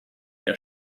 der